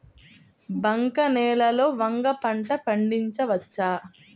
బంక నేలలో వంగ పంట పండించవచ్చా?